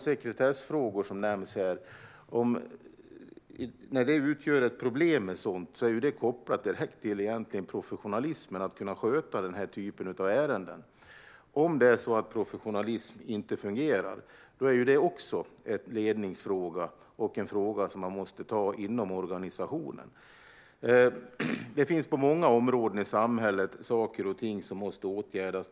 Sekretessfrågor nämndes. När de utgör ett problem är det egentligen direkt kopplat till professionalism för att man ska kunna sköta sådana ärenden. Om professionalismen inte fungerar är också det en ledningsfråga och något som man måste ta upp inom organisationen. På många områden i samhället finns saker och ting som måste åtgärdas.